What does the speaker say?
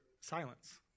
silence